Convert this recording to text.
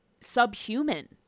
subhuman